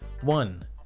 one